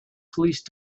police